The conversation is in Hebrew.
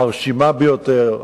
המרשימה ביותר,